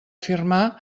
firmar